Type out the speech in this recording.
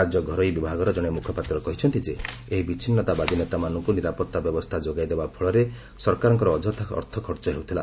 ରାଜ୍ୟ ଘରୋଇ ବିଭାଗର କଣେ ମୁଖପାତ୍ର କହିଛନ୍ତି ଯେ ଏହି ବିଚ୍ଛିନ୍ନତାବାଦୀ ନେତାମାନଙ୍କୁ ନିରାପତ୍ତା ବ୍ୟବସ୍କା ଯୋଗାଇଦେବା ଫଳରେ ସରକାରଙ୍କର ଅଯଥା ଅର୍ଥ ଖର୍ଚ୍ଚ ହେଉଥିଲା